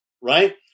right